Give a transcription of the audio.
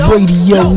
Radio